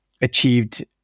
achieved